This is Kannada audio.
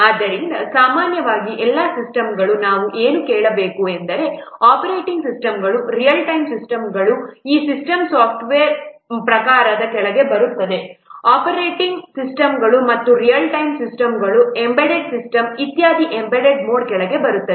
ಆದ್ದರಿಂದ ಸಾಮಾನ್ಯವಾಗಿ ಎಲ್ಲಾ ಸಿಸ್ಟಮ್ಗಳನ್ನು ನಾವು ಏನು ಹೇಳಬಹುದು ಅಂದರೆ ಆಪರೇಟಿಂಗ್ ಸಿಸ್ಟಮ್ಗಳು ರಿಯಲ್ ಟೈಮ್ ಸಿಸ್ಟಮ್ಗಳು ಈ ಸಿಸ್ಟಮ್ ಸಾಫ್ಟ್ವೇರ್ ಪ್ರಕಾರದ ಕೆಳಗೆ ಬರುತ್ತವೆ ಆಪರೇಟಿಂಗ್ ಸಿಸ್ಟಮ್ಗಳು ಮತ್ತು ರಿಯಲ್ ಟೈಮ್ ಸಿಸ್ಟಮ್ಗಳು ಎಂಬೆಡೆಡ್ ಸಿಸ್ಟಮ್ಗಳು ಇತ್ಯಾದಿ ಎಂಬೆಡೆಡ್ ಮೋಡ್ ಕೆಳಗೆ ಬರುತ್ತವೆ